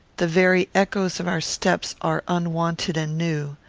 the very echoes of our steps are unwonted and new.